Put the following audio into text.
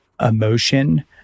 emotion